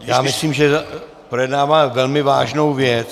Já myslím, že projednáváme velmi vážnou věc.